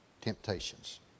temptations